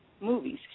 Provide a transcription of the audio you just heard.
movies